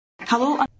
Hello